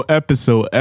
episode